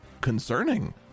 concerning